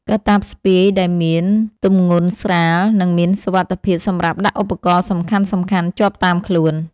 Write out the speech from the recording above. កាតាបស្ពាយដែលមានទំម្ងន់ស្រាល និងមានសុវត្ថិភាពសម្រាប់ដាក់ឧបករណ៍សំខាន់ៗជាប់តាមខ្លួន។